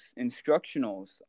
instructionals